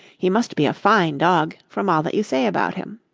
he must be a fine dog, from all that you say about him.